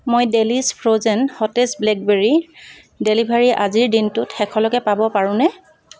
মই ডেলিছ ফ্ৰ'জেন সতেজ ব্লেকবেৰীৰ ডেলিভাৰী আজিৰ দিনটোত শেষলৈকে পাব পাৰোঁনে